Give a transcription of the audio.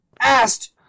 asked